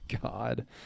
God